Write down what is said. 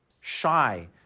shy